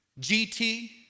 GT